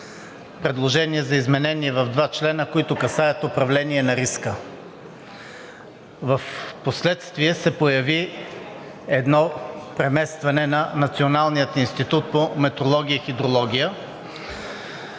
предложение за изменение в два члена, които касаят управление на риска. Впоследствие се появи едно преместване на Националния институт по метеорология и хидрология.